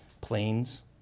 planes